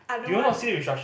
I don't want